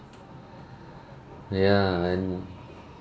ya and